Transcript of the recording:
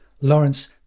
Lawrence